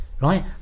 right